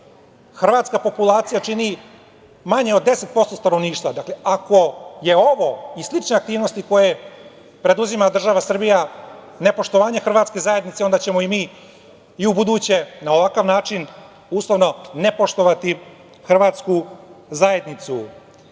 hrvatska populacija čini manje od 10% stanovništva, dakle ako je ovo i slične aktivnosti koje preduzima država Srbija nepoštovanje hrvatske zajednice, onda ćemo mi i u buduće na ovakav način, uslovno, nepoštovati hrvatsku zajednicu. Dalje,